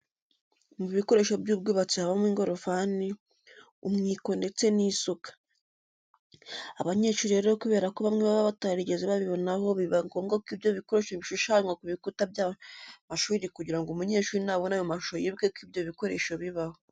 Mu bikoresho by'ubwubatsi habamo ingorofani, umwiko ndetse n'isuka. Abanyeshuri rero kubera ko bamwe baba batarigeze babinaho biba ngombwa ko ibyo bikoresho bishushanwa ku bikuta by'amashuri kugira ngo umunyeshuri nabona ayo mashusho yibuke ko ibyo bikoresho bibaho.